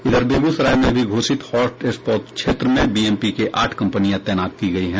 इधर बेगूसराय में भी घोषित हॉटस्पॉट क्षेत्र में बीएमपी की आठ कम्पनियां तैनात की गयी है